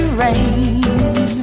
rain